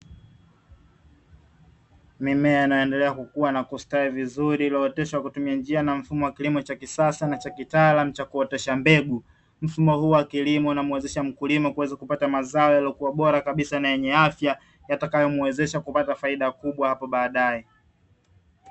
Mimea inaendelea kukua na kustawi vizuri, ikiwa imeoteshwa kwa njia na mfumo wa kisasa na kitaalamu wa kuotesha mbegu. Mfumo huo wa kilimo unamuwezesha mkulima kupata mazao yenye afya, yatakayomuwezesha kupata faida kubwa hapo baadaye.